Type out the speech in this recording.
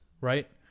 right